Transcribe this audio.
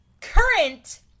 Current